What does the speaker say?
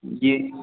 जी